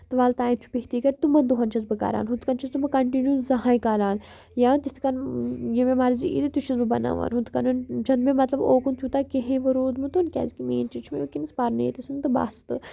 تہٕ وَلہٕ تانٮ۪تھ چھُ بِہتٕے گَرِ تِمَن دۄہَن چھس بہٕ کَران ہُتھ کٔنۍ چھس نہٕ بہٕ کَنٹِنیوٗ زانٛہہ ہَے کَران یا تِتھ کَن یہِ مےٚ مرضی یی تہِ چھُس بہٕ بَناوان ہُتھ کٔنَن چھَنہٕ مےٚ مطلب اوکُن تیوٗتاہ کِہیٖنۍ وٕ روٗدمُت کیٛازِکہِ مین چیٖز چھُ مےٚ وٕنکیٚنَس پَرنُے ییٚتھس تہٕ بَس تہٕ